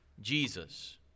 Jesus